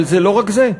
אבל זה לא רק זה,